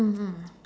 mm mm